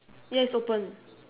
ya it's open